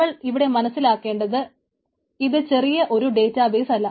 നമ്മൾ ഇവിടെ മനസ്സിലാക്കേണ്ടത് ഇത് ചെറിയ ഒരു ഡേറ്റാബേസ് അല്ല